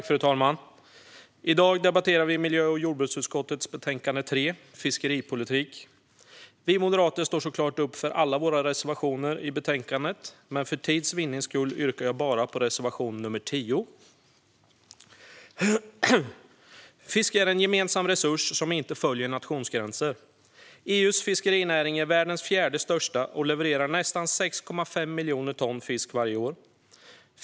Fru talman! I dag debatterar vi miljö och jordbruksutskottets betänkande 3 Fiskeripolitik . Vi moderater står såklart upp för alla våra reservationer i betänkandet, men för tids vinnande yrkar jag bara bifall till reservation 10. Fisk är en gemensam resurs som inte följer nationsgränser. EU:s fiskerinäring är världens fjärde största och levererar nästan 6,5 miljoner ton fisk varje år.